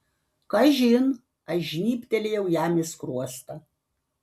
kažin aš žnybtelėjau jam į skruostą